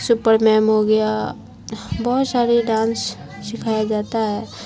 super ma'am ہو گیا بہت سارے ڈانس سکھایا جاتا ہے